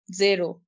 zero